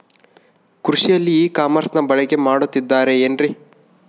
ಕೃಷಿಯಲ್ಲಿ ಇ ಕಾಮರ್ಸನ್ನ ಬಳಕೆ ಮಾಡುತ್ತಿದ್ದಾರೆ ಏನ್ರಿ?